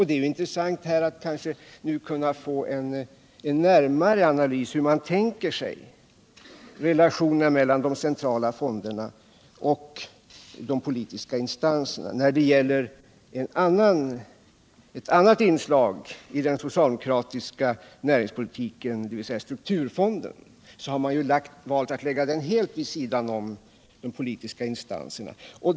Det vore intressant om vi nu skulle få en närmare analys av hur man tänker sig relationerna mellan de centrala fonderna och de politiska instanserna. Finansdebatt Finansdebatt När det gäller strukturfonden — ett annat inslag i den socialdemokratiska näringspolitiken — har man valt att lägga den helt vid sidan av de politiska instanserna.